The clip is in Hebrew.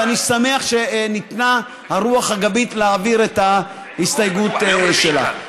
ואני שמח שניתנה הרוח הגבית להעביר את ההסתייגות שלה.